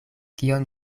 kion